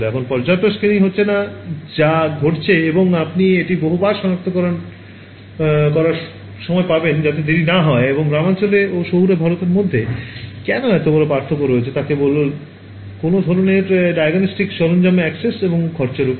এখন পর্যাপ্ত স্ক্রিনিং হচ্ছে না যা ঘটছে এবং আপনি এটি বহুবার সনাক্ত করার সময় পাবেন যাতে দেরি না হয় এবং গ্রামাঞ্চল ও শহুরে ভারতের মধ্যে কেন এত বড় পার্থক্য রয়েছে তা কেবল কোনও ধরণের ডায়াগনস্টিক সরঞ্জামের অ্যাক্সেস এবং খরচের ওপর